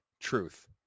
truth